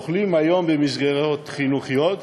אוכלים כיום במסגרות חינוכיות,